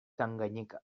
tanganyika